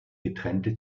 getrennte